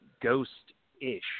ghost-ish